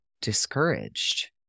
discouraged